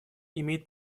имеет